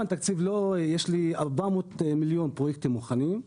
יש 400 מיליון פרויקטים מוכנים.